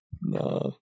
No